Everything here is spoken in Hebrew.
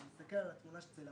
אני מסתכל על התמונה שצילמתי.